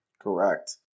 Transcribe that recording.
Correct